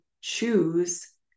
choose